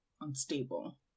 unstable